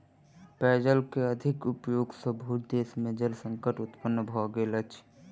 पेयजल के अधिक उपयोग सॅ बहुत देश में जल संकट उत्पन्न भ गेल अछि